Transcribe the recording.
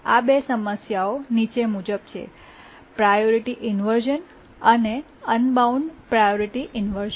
આ બે સમસ્યાઓ નીચે મુજબ છે પ્રાયોરિટી ઇન્વર્શ઼ન અને અનબાઉન્ડ પ્રાયોરિટી ઇન્વર્શ઼ન